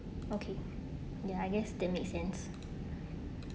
okay ya I guess that makes sense